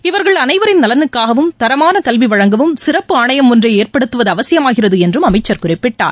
இவர்கள் அனைவரின் நலனுக்காகவும் தரமானகல்விவழங்கவும் சிறப்பு ஆணையம் ஒன்றைஏற்படுத்துவதுஅவசியமாகிறதுஎன்றும் அமைச்சர் குறிப்பிட்டார்